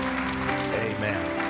Amen